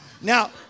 Now